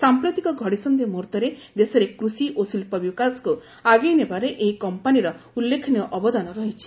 ସାଂପ୍ରତିକ ଘଡ଼ିସନ୍ଧି ମୁହୂର୍ତ୍ତରେ ଦେଶରେ କୃଷି ଓ ଶିଳ୍ପ ବିକାଶକୁ ଆଗେଇ ନେବାରେ ଏହି କମ୍ପାନିର ଉଲ୍ଲେଖନୀୟ ଅବଦାନ ରହିଛି